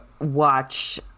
watch